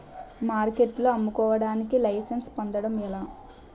మార్కెట్లో అమ్ముకోడానికి లైసెన్స్ పొందడం ఎలా?